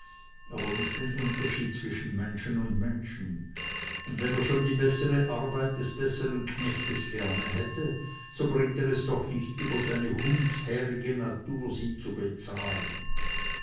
aber nicht den unterschied zwischen menschen und menschen und wenn er schon die bessere arbeit des bessern knechtes gerne hätte so bringt er es doch nicht über seine hundshärige natur sie zu bezahlen